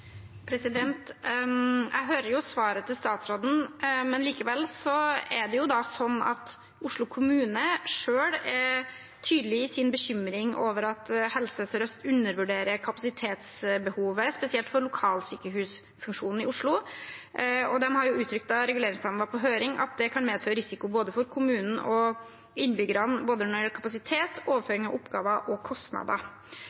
Jeg hører svaret til statsråden. Likevel er Oslo kommune selv tydelig i sin bekymring over at Helse Sør-Øst undervurderer kapasitetsbehovet, spesielt for lokalsykehusfunksjonen i Oslo, og de har uttrykt, da reguleringsplanen var på høring, at det kan medføre risiko for både kommunen og innbyggerne når det gjelder både kapasitet,